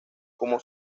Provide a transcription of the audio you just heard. como